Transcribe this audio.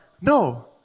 no